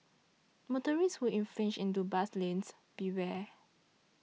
motorists who infringe into bus lanes beware